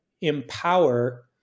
empower